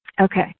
Okay